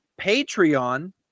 Patreon